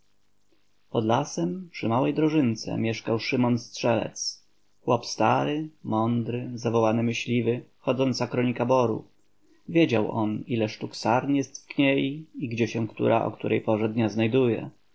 pod lasem przy małej drożynce mieszkał szymon strzelec chłop stary mądry zawołany myśliwy chodząca kronika boru wiedział on ile sztuk sarn jest w kniei i gdzie się która o każdej porze dnia znajduje